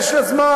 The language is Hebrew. יש לה זמן.